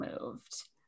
moved